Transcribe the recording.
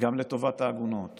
וגם לטובת העגונות